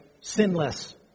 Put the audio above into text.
sinless